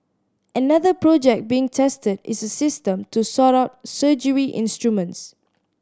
another project being tested is a system to sort out surgery instruments